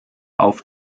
auf